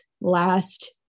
last